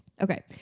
Okay